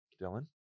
Dylan